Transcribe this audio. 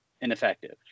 ineffective